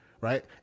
right